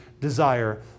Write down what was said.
desire